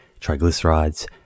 triglycerides